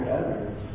others